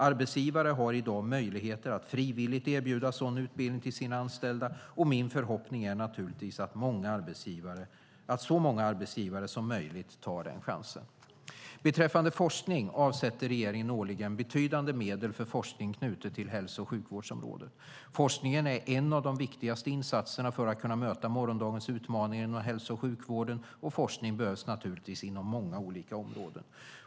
Arbetsgivare har i dag möjlighet att frivilligt erbjuda sådan utbildning till sina anställda, och min förhoppning är naturligtvis att så många arbetsgivare som möjligt tar den chansen. Regeringen avsätter årligen betydande medel för forskning knuten till hälso och sjukvårdsområdet. Forskningen är en av de viktigaste insatserna för att vi ska kunna möta morgondagens utmaningar inom hälso och sjukvården, och forskning behövs naturligtvis inom många olika områden.